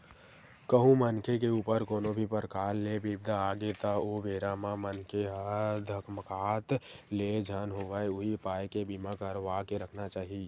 कहूँ मनखे के ऊपर कोनो भी परकार ले बिपदा आगे त ओ बेरा म मनखे ह धकमाकत ले झन होवय उही पाय के बीमा करवा के रखना चाही